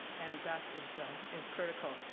and that is is critical.